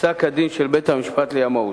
פסק-הדין של בית-המשפט לימאות.